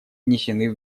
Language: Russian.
внесены